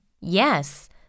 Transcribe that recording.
Yes